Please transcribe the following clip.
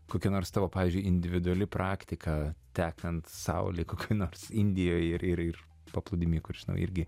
kokia nors tavo pavyzdžiui individuali praktika tekant saulei kokioj nors indijoj ir ir ir paplūdimy kur žinau irgi